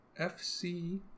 FC